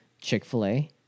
chick-fil-a